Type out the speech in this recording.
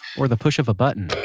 or the push of a button.